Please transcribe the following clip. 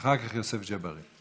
ואחר כך, יוסף ג'בארין.